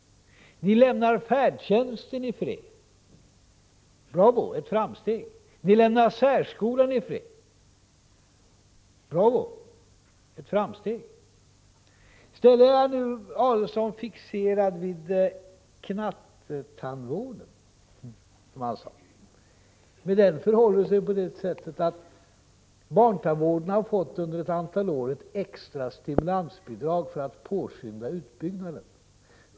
Ni lämnar färdtjänsten i fred. Bravo! Ett framsteg! Ni lämnar särskolan i fred. Bravo! Ett framsteg! I stället är Adelsohn fixerad vid knattetandvården, som han sade. Med den förhåller det sig på det sättet att barntandvården under ett antal år har fått ett extra stimulansbidrag för att påskynda utbyggnaden.